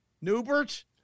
Newbert